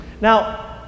Now